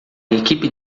equipe